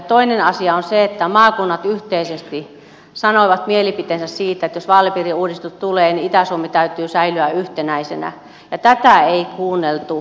toinen asia on se että maakunnat yhteisesti sanoivat mielipiteensä siitä että jos vaalipiiriuudistus tulee niin itä suomen täytyy säilyä yhtenäisenä ja tätä ei kuunneltu